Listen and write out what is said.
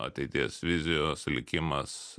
ateities vizijos likimas